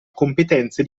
competenze